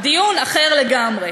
דיון אחר לגמרי.